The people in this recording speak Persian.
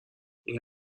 این